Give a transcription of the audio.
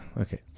Okay